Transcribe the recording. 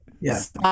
Yes